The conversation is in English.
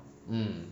mm